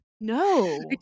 no